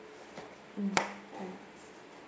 mm